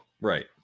Right